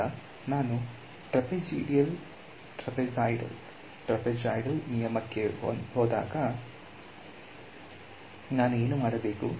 ಈಗ ನಾನು ಟ್ರೆಪೆಜಾಯಿಡಲ್ ನಿಯಮಕ್ಕೆ ಹೋದಾಗ ನಾನು ಏನು ಮಾಡಬೇಕು